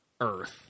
earth